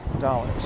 dollars